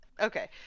Okay